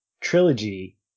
trilogy